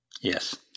Yes